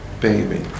baby